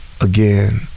again